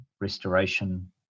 restoration